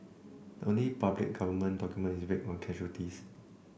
the only public government document is vague on casualties